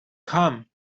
come